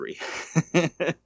three